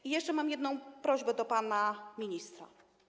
I jeszcze mam jedną prośbę do pana ministra.